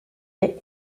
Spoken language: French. est